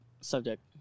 subject